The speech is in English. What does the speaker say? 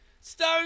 Stone